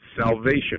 salvation